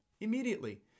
immediately